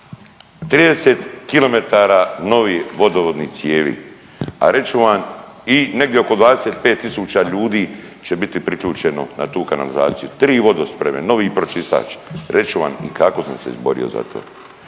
novih vodovodnih cijevi, a reći ću vam i negdje oko 25.000 ljudi će biti priključeno na tu kanalizaciju, 3 vodospreme, ovi pročistač, reći ću vam i kako sam se izborio za to.